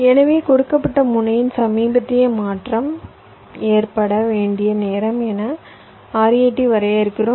எனவே கொடுக்கப்பட்ட முனையின் சமீபத்திய மாற்றம் ஏற்பட வேண்டிய நேரம் என RAT வரையறுக்கிறோம்